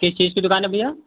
किस चीज़ की दुकान है भैया